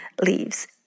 leaves